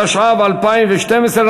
התשע"ב 2012,